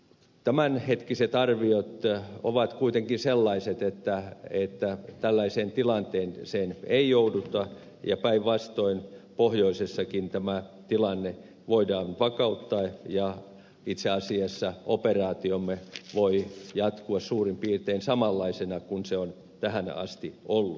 tämänhetkiset arviot ovat kuitenkin sellaiset että tällaiseen tilanteeseen ei jouduta ja päinvastoin pohjoisessakin tämä tilanne voidaan vakauttaa ja itse asiassa operaatiomme voi jatkua suurin piirtein samanlaisena kuin se on tähän asti ollut